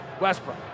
Westbrook